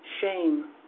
shame